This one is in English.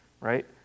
right